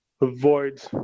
avoid